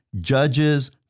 judges